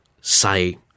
say